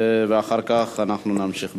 ואחר כך נמשיך בסדר-היום.